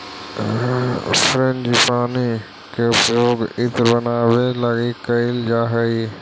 frangipani के उपयोग इत्र बनावे लगी कैइल जा हई